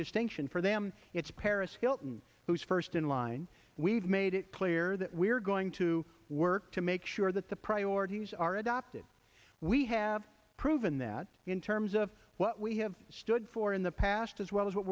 distinction for them it's paris hilton who's first in line we've made it clear that we're going to work to make sure that the priorities are adopted we have proven that in terms of what we have stood for in the past as well as what